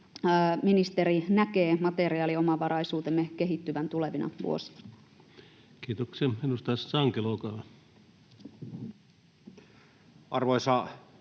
ministeri näkee materiaaliomavaraisuutemme kehittyvän tulevina vuosina? Kiitoksia. — Edustaja Sankelo, olkaa hyvä. Arvoisa puhemies!